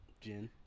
Gin